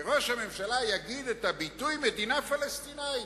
שראש הממשלה יגיד את הביטוי "מדינה פלסטינית".